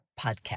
Podcast